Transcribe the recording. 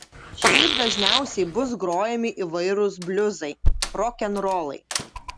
šiaip dažniausiai bus grojami įvairūs bliuzai rokenrolai